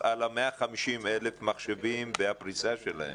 על ה-150,000 מחשבים והפריסה שלהם.